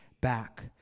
back